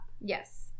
yes